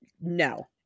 no